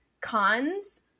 Cons